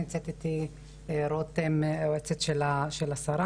נמצאת איתי רותם היועצת של השרה.